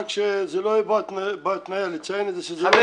רק לציין את זה שזה לא --- חברים,